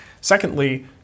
Secondly